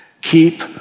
Keep